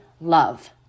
love